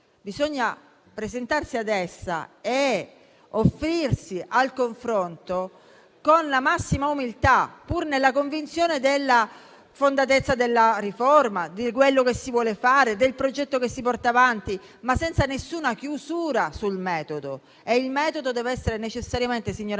bisogna presentarsi ad essa e offrirsi al confronto con la massima umiltà, pur nella convinzione della fondatezza della riforma, di quello che si vuole fare, del progetto che si porta avanti, ma senza alcuna chiusura sul metodo, che deve essere necessariamente, signora Ministro,